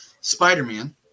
Spider-Man